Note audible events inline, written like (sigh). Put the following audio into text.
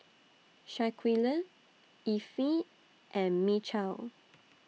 Shaquille (noise) Effie and Mychal